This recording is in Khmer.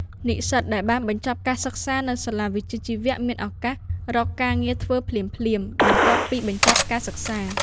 និស្សិតដែលបានបញ្ចប់ការសិក្សានៅ សាលាវិជ្ជាជីវៈ មានឱកាស រកការងារធ្វើភ្លាមៗ បន្ទាប់ពីបញ្ចប់ការសិក្សា។